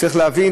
צריך להבין,